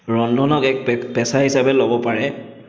ৰন্ধনক এক পে পেছা হিচাপে ল'ব পাৰে